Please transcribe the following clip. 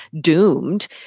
doomed